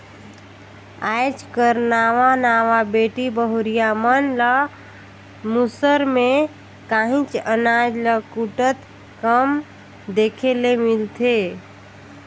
आएज कर नावा नावा बेटी बहुरिया मन ल मूसर में काहींच अनाज ल कूटत कम देखे ले मिलथे